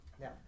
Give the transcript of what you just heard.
Now